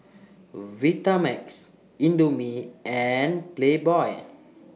Vitamix Indomie and Playboy